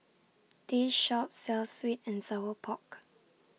This Shop sells Sweet and Sour Pork